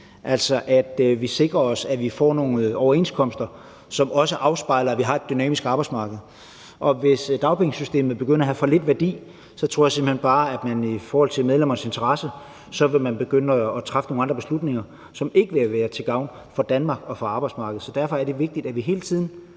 det, så vi sikrer os, at vi får nogle overenskomster, som også afspejler, at vi har et dynamisk arbejdsmarked. Hvis dagpengesystemet begynder at have for lidt værdi, tror jeg simpelt hen bare, at man i forhold til medlemmers interesser vil begynde at træffe nogle andre beslutninger, som ikke vil være til gavn for Danmark og for arbejdsmarkedet. Så derfor er det vigtigt, at vi hele tiden